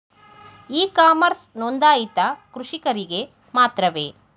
E commerce ನೊಂದಾಯಿತ ಕೃಷಿಕರಿಗೆ ಮಾತ್ರವೇ?